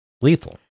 lethal